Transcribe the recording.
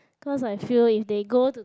cause I feel if they go to the